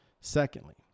Secondly